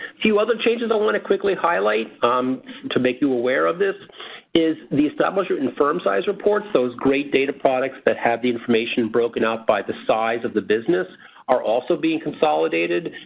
few other changes i want to quickly highlight um to make you aware of this is the establishment and firm size reports. those great data products that have the information broken out by the size of the business are also being consolidated.